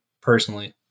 Personally